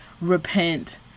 repent